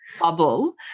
bubble